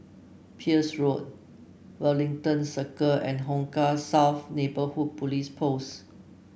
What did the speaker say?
Peirce Road Wellington Circle and Hong Kah South Neighbourhood Police Post